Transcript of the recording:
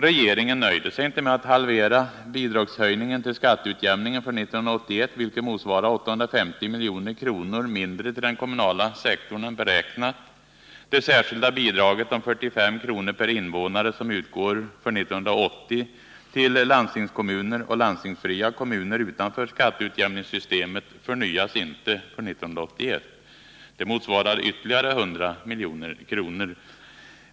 Regeringen nöjde sig inte med att halvera bidragshöjningen till skatteutjämningen för 1981, vilket motsvarade 850 milj.kr. mindre till den kommunala sektorn än beräknat. Det särskilda bidraget om 45 kr. per invånare som utgår för 1980 till landstingskommuner och landstingsfria kommuner utanför skatteutjämningssystemet förnyas inte för 1981. Det motsvarar ytterligare 100 milj.kr.